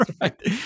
right